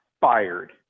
fired